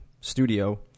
studio